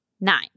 Nine